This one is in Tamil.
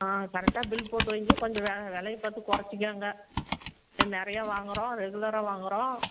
ஆ கரெக்டாக பில் போட்டு வைங்க கொஞ்சம் விலை விலைய பார்த்து குறைச்சிக்கோங்க ஏன் நிறையா வாங்குகிறோம் ரெகுலராக வாங்குகிறோம்